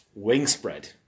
Wingspread